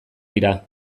dira